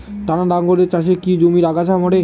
টানা লাঙ্গলের চাষে কি জমির আগাছা মরে?